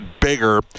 bigger